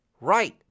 Right